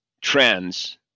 trends